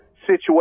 situation